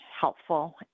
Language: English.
helpful